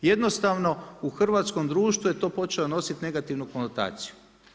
Jednostavno u hrvatskom društvu je to počeo nositi negativno konotaciju.